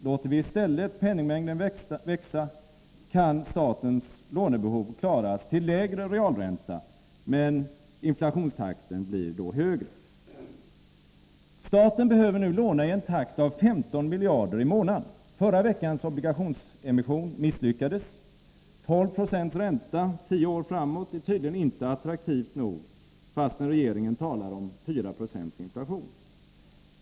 Låter vi i stället penningmängden växa, kan statens lånebehov klaras till lägre realränta, men inflationstakten blir då högre. Staten behöver nu låna i en takt av 15 miljarder i månaden. Förra veckans obligationsemission misslyckades. 12 9 ränta tio år framåt är tydligen inte attraktivt nog, fastän regeringen talar om 4 96 inflation.